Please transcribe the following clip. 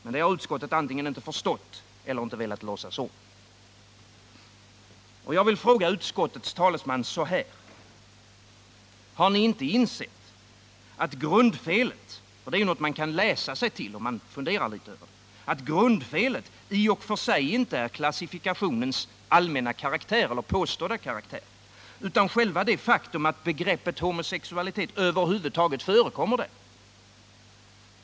Men det har utskottet antingen inte förstått eller inte velat låtsas om. Jag vill fråga utskottets talesman: Har inte utskottet insett att grundfelet i och för sig inte är klassifikationens allmänna eller påstådda karaktär, utan själva det faktum att begreppet homosexualitet över huvud taget förekommer där? Det är någonting som man kan läsa sig till, om man funderar litet över detta.